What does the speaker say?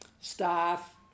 staff